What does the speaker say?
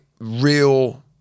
real